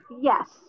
yes